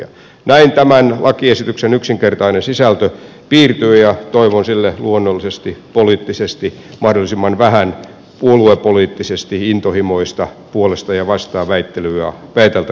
näin tämän lakiesityksen yksinkertainen sisältö piirtyy ja toivon sille luonnollisesti mahdollisimman vähän puoluepoliittisesti intohimoista puolesta ja vastaan väiteltävää asetelmaa